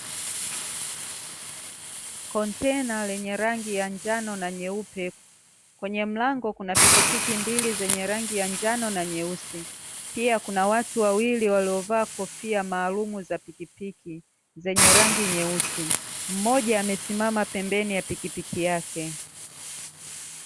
Kontena lenye rangi ya njano na nyeupe, kwenye mlango kuna pikipiki mbili zenye rangi ya njano na nyeusi. Pia kuna watu wawili waliovaa kofia maalum za pikipiki zenye rangi nyeusi, mmoja amesimama pembeni ya pikipiki yake.